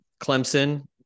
Clemson